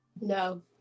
No